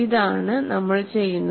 ഇതാണ് നമ്മൾ ചെയ്യുന്നത്